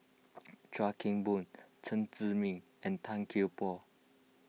Chuan Keng Boon Chen Zhiming and Tan Kian Por